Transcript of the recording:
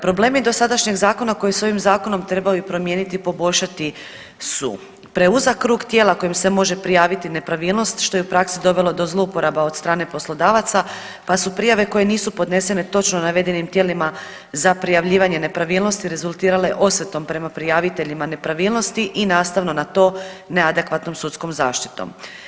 Problem je dosadašnjeg zakona koji se ovim zakonom trebao i promijeniti i poboljšati su preuzak krug tijela kojim se može prijaviti nepravilnost, što je u praksi doveli do zlouporaba od strane poslodavaca, pa su prijave koje nisu podnesene točno navedenim tijelima za prijavljivanje nepravilnosti rezultirale osvetom prema prijaviteljima nepravilnosti i nastavno na to neadekvatnom sudskom zaštitom.